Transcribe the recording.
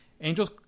Angels